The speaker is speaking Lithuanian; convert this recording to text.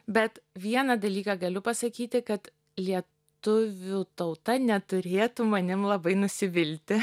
bet vieną dalyką galiu pasakyti kad lietuvių tauta neturėtų manim labai nusivilti